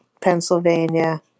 Pennsylvania